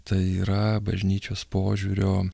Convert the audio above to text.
tai yra bažnyčios požiūrio